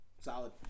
Solid